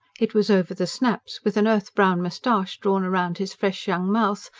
it was over the snaps, with an earth-brown moustache drawn round his fresh young mouth,